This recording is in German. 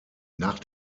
nach